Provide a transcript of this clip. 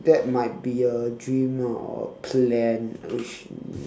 that might be a dream ah or plan which